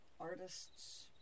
artist's